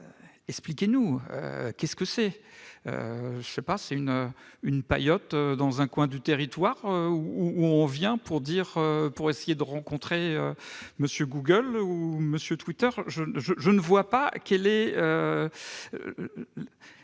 Expliquez-nous ! Qu'est-ce que c'est ? Est-ce une paillote dans un coin du territoire où l'on vient pour essayer de rencontrer M. Google ou M. Twitter ? Je ne vois pas, d'un